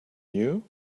you